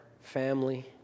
family